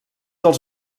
els